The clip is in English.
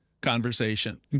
conversation